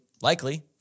likely